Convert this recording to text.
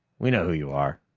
we know who you are.